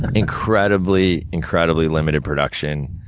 incredibly, incredibly limited production.